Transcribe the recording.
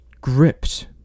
gripped